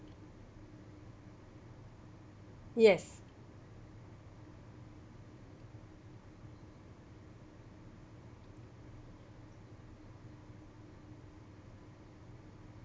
yes